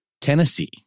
Tennessee